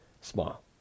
small